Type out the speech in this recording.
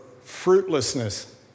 fruitlessness